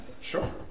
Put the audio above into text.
Sure